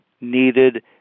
needed